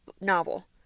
novel